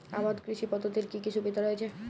আবাদ কৃষি পদ্ধতির কি কি সুবিধা রয়েছে?